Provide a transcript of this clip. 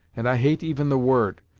and i hate even the word,